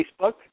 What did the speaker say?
Facebook